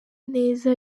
neza